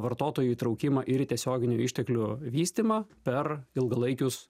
vartotojų įtraukimą ir į tiesioginių išteklių vystymą per ilgalaikius